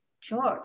George